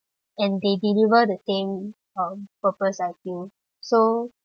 and they deliver the same um purpose I feel so